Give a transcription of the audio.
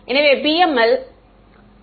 எனவே PML